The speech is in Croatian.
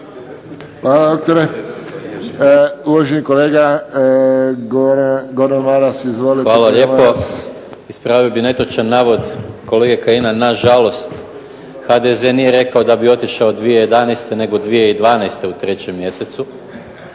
Hvala doktore. Uvaženi kolega Gordan Maras. Izvolite. **Maras, Gordan (SDP)** Hvala lijepo. Ispravio bih netočan navod kolege Kajina na žalost HDZ nije rekao da bi otišao 2011., nego 2012. u 3. mjesecu,